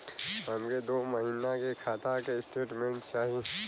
हमके दो महीना के खाता के स्टेटमेंट चाही?